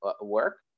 work